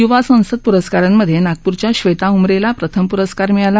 युवा संसद पुरस्कारांमध्ये नागपूरच्या क्षेता उमरेला प्रथम पुरस्कार मिळाला